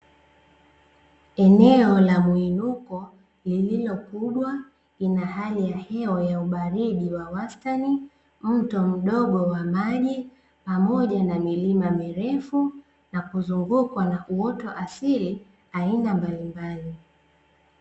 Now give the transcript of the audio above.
Eneo la mwinuko lililo kubwa lina hali ya hewa ya ubaridi wa wastani, mto mdogo wa maji pamoja na milima mirefu, na kuzungukwa na uoto asili aina mbalimbali.